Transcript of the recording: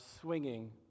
swinging